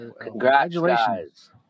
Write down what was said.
Congratulations